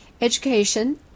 education